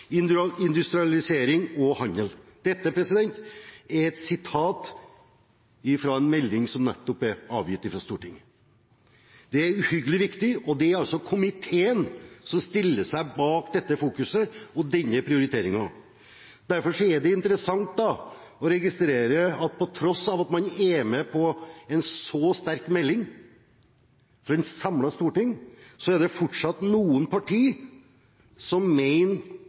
industrialisering og handel». Dette er et sitat fra en innstilling som nettopp er avgitt til Stortinget. Det er uhyggelig viktig, og det er komiteen som stiller seg bak denne fokuseringen og denne prioriteringen. Derfor er det interessant å registrere at på tross av at man er med på en så sterk melding fra et samlet storting, er det fortsatt noen partier som